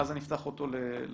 ואז אני אפתח אותו לשאלות.